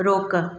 रोक